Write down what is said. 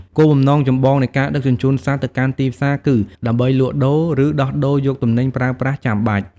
គោលបំណងចម្បងនៃការដឹកជញ្ជូនសត្វទៅកាន់ទីផ្សារគឺ ដើម្បីលក់ដូរ ឬដោះដូរយកទំនិញប្រើប្រាស់ចាំបាច់។